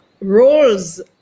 roles